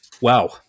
wow